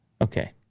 Okay